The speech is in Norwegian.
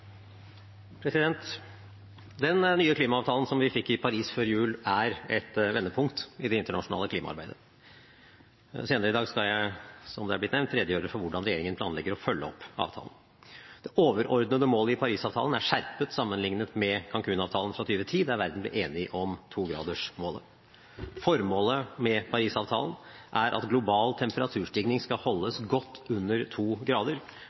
et vendepunkt i det internasjonale klimaarbeidet. Senere i dag skal jeg, som det er blitt nevnt, redegjøre for hvordan regjeringen planlegger å følge opp avtalen. Det overordnede målet i Paris-avtalen er skjerpet sammenlignet med Cancun-avtalen fra 2010, da verden ble enig om togradersmålet. Formålet med Paris-avtalen er at global temperaturstigning skal holdes godt under 2 grader,